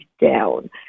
down